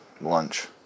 lunch